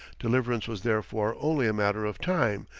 deliverance was therefore only a matter of time,